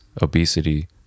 obesity